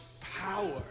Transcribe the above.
power